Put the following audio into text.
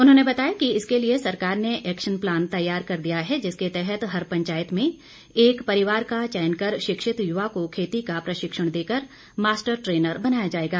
उन्होंने बताया कि इसके लिए सरकार ने एक्शन प्लान तैयार कर दिया है जिसके तहत हर पंचायत में एक परिवार का चयन कर शिक्षित युवा को खेती का प्रशिक्षण देकर मास्टर ट्रेनर बनाया जाएगा